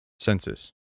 Census